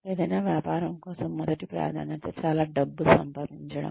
ఏదైనా వ్యాపారం కోసం మొదటి ప్రాధాన్యత చాలా డబ్బు సంపాదించడం